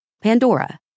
Pandora